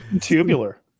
Tubular